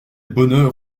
bonheur